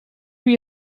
wie